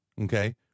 Okay